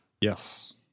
Yes